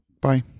bye